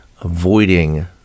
avoiding